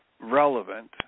relevant